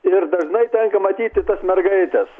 ir dažnai tenka matyti tas mergaites